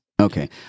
Okay